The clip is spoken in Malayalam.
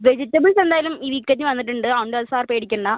വെജിറ്റബിൾസ് എന്തായാലും ഈ വീക്കെൻ്റിൽ വന്നിട്ടുണ്ട് അതുകൊണ്ട് അത് സാർ പേടിക്കണ്ട